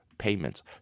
payments